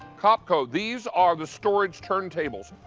copco. these are the storage turntables,